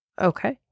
Okay